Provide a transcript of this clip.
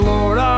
Lord